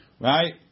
right